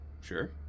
sure